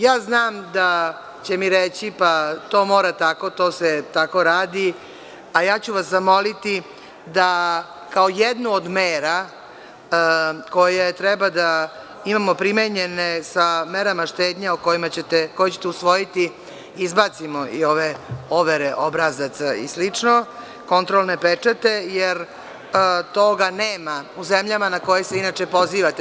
Ja znam da će mi reći – pa, to mora tako, to se tako radi, a ja ću vas zamoliti da kao jednu od mera koje treba da imamo primenjene sa merama štednje koje ćete usvojiti izbacimo i ove overe obrazaca i slično, kontrolne pečate, jer toga nema u zemljama na koje se inače pozivate.